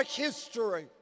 history